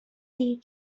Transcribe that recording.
دیر